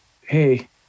Hey